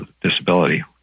disability